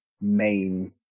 main